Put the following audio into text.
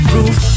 Roof